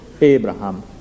Abraham